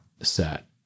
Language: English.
set